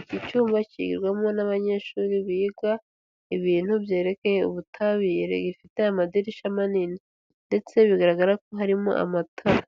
iki cyumba kigirwamo n'abanyeshuri biga ibintu byerekeye ubutabire, gifite amadirishya manini ndetse bigaragara ko harimo amatara.